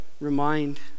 remind